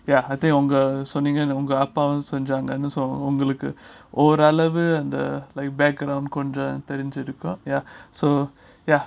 ya I think உங்க சொன்னேங்க உங்க அப்பா செஞ்சாங்கன்னு சோ உங்களுக்கு ஓரளவு:unga sonnenga unga appa senjanganu so unkaluku oralavu and the like back கொஞ்சம் தெரிஞ்சிருக்கும்:konjam therinjirukum ya so ya